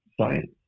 science